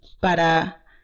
para